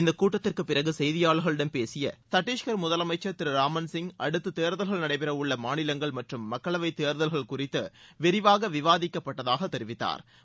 இந்தக கூட்டத்திற்கு பிறகு செய்தியாளர்களிடம் பேசிய சத்திஷ்கர் முதலமைச்ச் திரு ராமன் சிங் அடுத்து தேர்தல்கள் நடைபெற உள்ள மாநிலங்கள் மற்றும் மக்களவை தேர்தல்கள் குறித்து விரிவாக விவாதிக்கப்பட்டதாக தெரிவித்தாா்